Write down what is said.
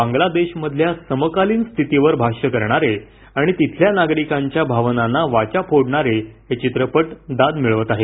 बांगलादेशमधल्या समकालीन स्थितीवर भाष्य करणारे आणि तिथल्या नागरिकांच्या भावनांना वाचा फोडणारे हे चित्रपट दाद मिळवत आहेत